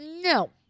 No